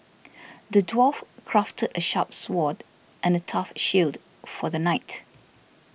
the dwarf crafted a sharp sword and a tough shield for the knight